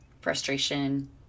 frustration